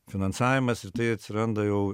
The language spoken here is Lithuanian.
finansavimas ir tai atsiranda jau